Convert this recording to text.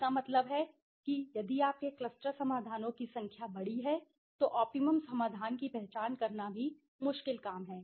इसका मतलब है कि यदि आपके क्लस्टर समाधानों की संख्या बड़ी है तो ऑप्टिमम समाधान की पहचान करना भी मुश्किल काम है